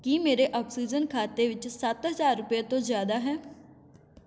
ਕੀ ਮੇਰੇ ਆਕਸੀਜਨ ਖਾਤੇ ਵਿੱਚ ਸੱਤ ਹਜ਼ਾਰ ਰੁਪਏ ਤੋਂ ਜ਼ਿਆਦਾ ਹੈ